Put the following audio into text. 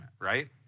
right